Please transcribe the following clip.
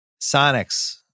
Sonics